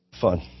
Fun